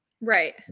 Right